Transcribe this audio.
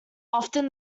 often